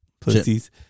Pussies